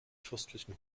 fürstlichen